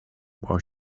while